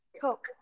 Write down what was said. Coke